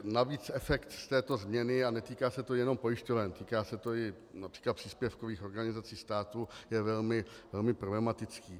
Navíc efekt z této změny, a netýká se to jenom pojišťoven, týká se to i např. příspěvkových organizací státu, je velmi problematický.